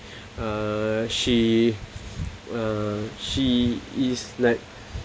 uh she uh she is like